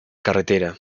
carretera